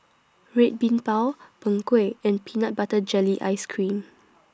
Red Bean Bao Png Kueh and Peanut Butter Jelly Ice Cream